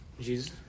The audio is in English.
Jesus